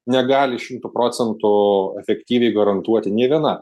negali šimtu procentų efektyviai garantuoti nei viena